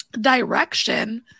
direction